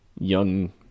young